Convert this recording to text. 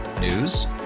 News